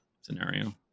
scenario